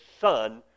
son